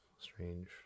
strange